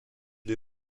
des